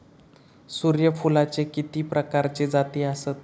सूर्यफूलाचे किती प्रकारचे जाती आसत?